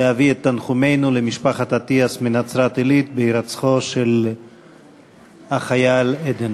להביע את תנחומינו למשפחת אטיאס מנצרת-עילית בהירצחו של החייל עדן.